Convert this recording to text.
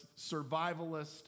survivalist